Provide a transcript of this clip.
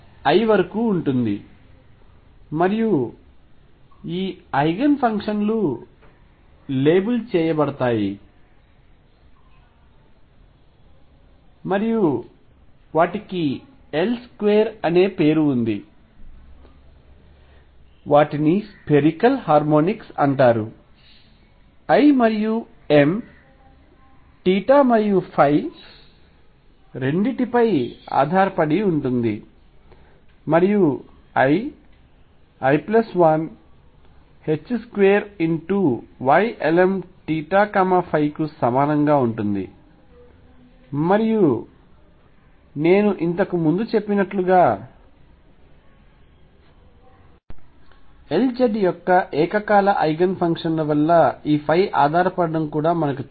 l వరకు ఉంటుంది మరియు ఈ ఐగెన్ ఫంక్షన్ లు లేబుల్ చేయబడతాయి మరియు వాటికి L2 అనే పేరు ఉంది వాటిని స్పెరికల్ హార్మోనిక్స్ అంటారు l మరియు m మరియు రెండింటిపై ఆధారపడి ఉంటుంది మరియు l l 1 2 Ylmθϕ కు సమానంగా ఉంటుంది మరియు నేను ఇంతకు ముందు చెప్పినట్లుగా Lz యొక్క ఏకకాల ఐగెన్ ఫంక్షన్ల వల్ల ఈ ఆధారపడటం కూడా మనకు తెలుసు